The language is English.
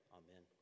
amen